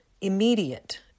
immediate